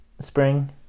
spring